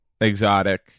exotic